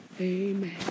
amen